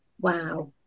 Wow